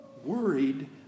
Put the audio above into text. worried